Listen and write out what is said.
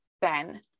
Ben